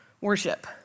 Worship